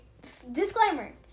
disclaimer